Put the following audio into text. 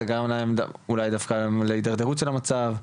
זה גרם להם אולי דווקא להתדרדרות של המצב?